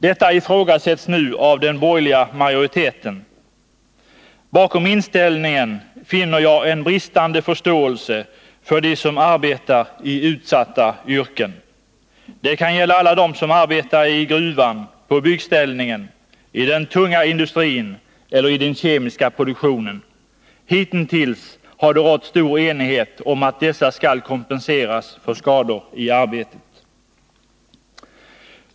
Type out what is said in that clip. Detta ifrågasätts nu av den borgerliga majoriteten. Bakom inställningen finner jag en bristande förståelse för dem som arbetar i utsatta yrken. Det kan gälla alla dem som arbetar i gruvan, på byggställningen, i den tunga industrin eller i den kemiska produktionen. Hitintills har det rått stor enighet om att dessa skall kompenseras för skador i arbetet.